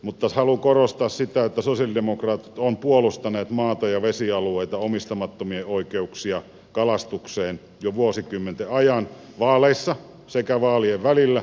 mutta haluan korostaa sitä että sosialidemokraatit ovat puolustaneet maata ja vesialueita omistamattomien oikeuksia kalastukseen jo vuosikymmenten ajan vaaleissa sekä vaalien välillä